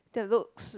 the looks